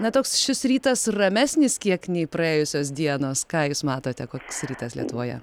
na toks šis rytas ramesnis kiek nei praėjusios dienos ką jūs matote koks rytas lietuvoje